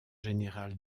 général